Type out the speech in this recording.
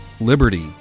Liberty